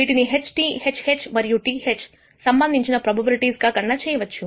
వీటిని HTHH మరియు TH సంబంధించిన ప్రొబబిలిటీస్ గా గణన చేయవచ్చు